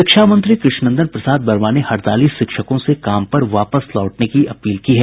शिक्षा मंत्री कृष्ण प्रसाद वर्मा ने हड़ताली शिक्षकों से काम पर वापस लौटने की अपील की है